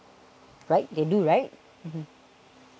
right they do right